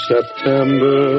September